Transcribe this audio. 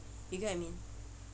you get what I mean